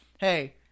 hey